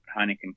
Heineken